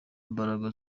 mbaraga